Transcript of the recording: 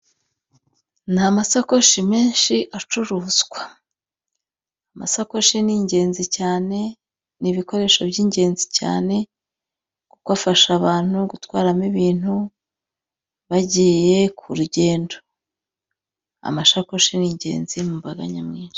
Ni amasakoshi menshi acuruzwa, amasakoshi ni ingenzi cyane, ni ibikoresho by'ingenzi cyane kuko afasha abantu gutwaramo ibintu bagiye ku rugendo. Amashakoshi ni ingenzi mu mbaga nyamwinshi.